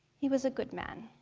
he was a good man.